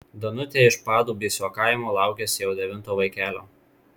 danutė iš padubysio kaimo laukiasi jau devinto vaikelio